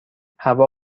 هوا